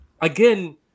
Again